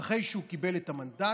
אחרי שהוא קיבל את המנדט,